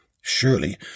Surely